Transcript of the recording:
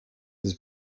has